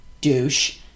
douche